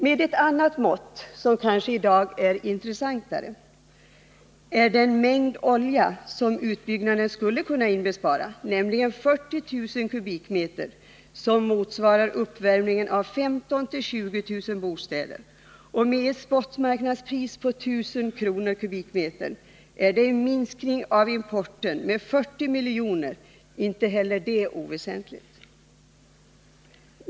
Men ett annat mått, som i dag kanske är ännu intressantare, är den mängd olja som utbyggnaden skulle kunna inbespara, nämligen 40 000 m?, och det motsvarar uppvärmningen av 15 000-20 000 bostäder. Med ett spotmarknadspris på 1 000 kr. per m? är det en minskning av importen med 40 milj.kr. — inte heller det oväsentligt.